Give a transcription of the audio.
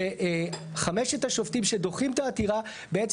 כשחמשת השופטים שדוחים את העתירה בעצם